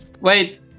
Wait